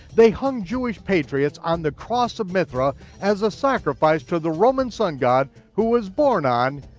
they hung jewish patriots on the cross of mithra as a sacrifice to the roman sun-god who was born on,